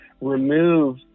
remove